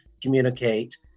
communicate